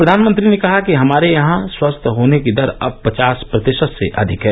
प्रवानमंत्री ने कहा कि हमारे यहां स्वस्थ होने की दर अब पचास प्रतिशत से अधिक है